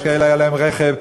יש כאלה שהיה להם רכב,